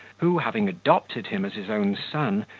who, having adopted him as his own son,